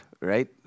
right